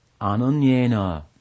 anunyena